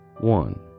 one